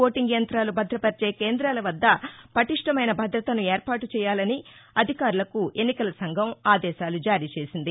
voting యంతాలు భద్రపరిచే కేంద్రాల వద్ద పటిష్టమైన భద్రతను ఏర్పాటు చేయ్యాలని అధికారులకు ఎన్నికల సంఘం ఆదేశాలు జారీ చేసింది